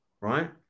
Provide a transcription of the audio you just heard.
right